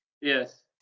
Yes